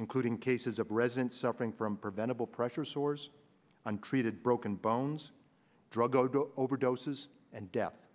including cases of residents suffering from preventable pressure sores untreated broken bones drug overdoses and death